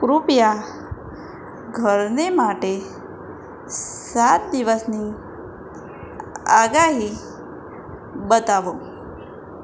કૃપયા ઘરને માટે સાત દિવસની આગાહી બતાવો